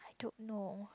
I don't know